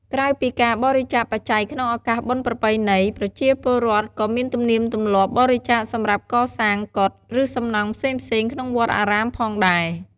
ក្រៅពីការបរិច្ចាគបច្ច័យក្នុងឱកាសបុណ្យប្រពៃណី ប្រជាពលរដ្ឋក៏មានទំនៀមទម្លាប់ បរិច្ចាគសម្រាប់កសាងកុដិ ឬសំណង់ផ្សេងៗ ក្នុងវត្តអារាមផងដែរ។